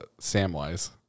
Samwise